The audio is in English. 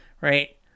Right